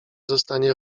zostanie